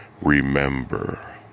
Remember